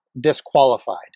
disqualified